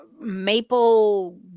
maple